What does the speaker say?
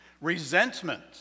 resentment